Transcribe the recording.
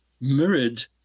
mirrored